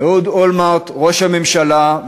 אדוני ראש הממשלה,